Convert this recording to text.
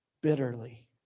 bitterly